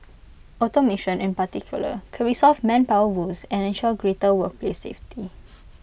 automation in particular could resolve manpower woes and ensure greater workplace safety